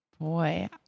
Boy